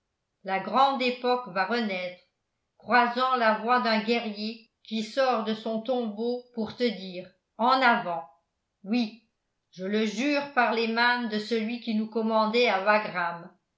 la grande époque va renaître crois-en la voix d'un guerrier qui sort de son tombeau pour te dire en avant oui je le jure par les mânes de celui qui nous commandait à wagram